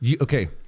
okay